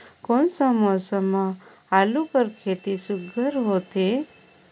कोन सा मौसम म आलू कर खेती सुघ्घर होथे?